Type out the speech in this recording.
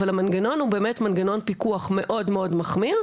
אבל המנגנון הוא באמת מנגנון פיקוח מאוד מאוד מחמיר,